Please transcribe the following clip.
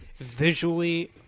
visually